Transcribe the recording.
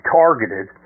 targeted